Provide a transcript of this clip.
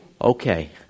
Okay